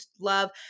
love